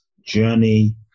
journey